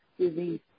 disease